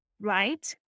right